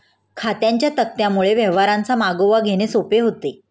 खात्यांच्या तक्त्यांमुळे व्यवहारांचा मागोवा घेणे सोपे होते